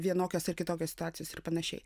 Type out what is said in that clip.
vienokios ar kitokios situacijos ir panašiai